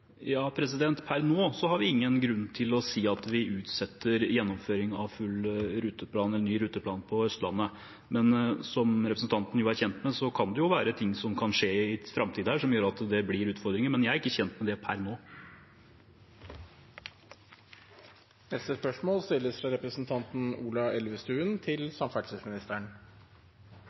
Per nå har vi ingen grunn til å si at vi utsetter gjennomføring av ny ruteplan på Østlandet. Men som representanten er kjent med, kan det skje ting i framtiden her som gjør at det blir utfordringer, men jeg er ikke kjent med det per nå. Jeg ser at det har blitt et litt kort spørsmål,